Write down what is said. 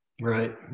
Right